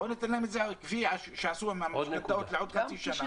בואו ניתן להם את זה כפי שעשו עם המשכנתאות לעוד חצי שנה.